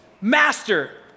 master